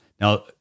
Now